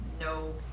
no